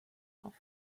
auf